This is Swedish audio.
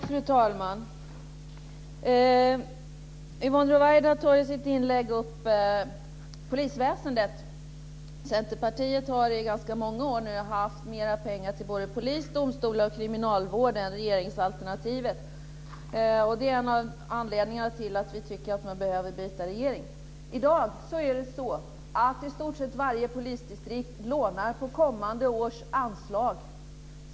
Fru talman! Yvonne Ruwaida tar i sitt inlägg upp polisväsendet. Centerpartiet har i ganska många år avsatt mer pengar till polis, domstolar och kriminalvård än regeringsalternativet. Det är en av anledningarna till att vi tycker att man behöver byta regering. I dag lånar i stort sett varje polisdistrikt av kommande års anslag.